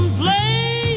play